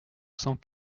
cent